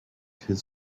his